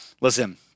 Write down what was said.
listen